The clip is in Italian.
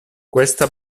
questa